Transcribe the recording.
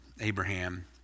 Abraham